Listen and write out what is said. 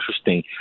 interesting